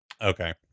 Okay